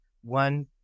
one